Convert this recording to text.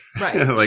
Right